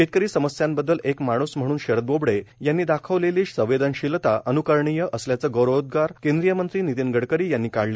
शेतकरी समस्यांबद्दल एक माणूस म्हणून शरद बोबडे यांनी दाखवलेली संवेदनशिलता अवुकरणीय असल्याचे गौरवोद्गार केंद्रीय मंत्री वितीव गडकरी यांनी काळले